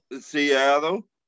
Seattle